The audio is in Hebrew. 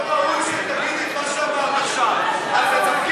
אני קובעת כי הצעת חוק מס ערך מוסף (תיקון,